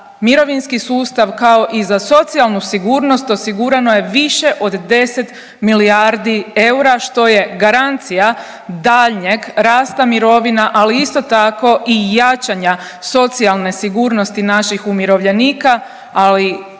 mirovinski sustav, kao i za socijalnu sigurnost osigurano je više od 10 milijardi eura, što je garancija daljnjeg rasta mirovina, ali isto tako, i jačanja socijalne sigurnosti naših umirovljenika, ali